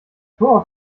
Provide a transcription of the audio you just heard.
tor